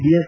BS